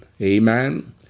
Amen